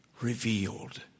revealed